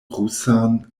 rusan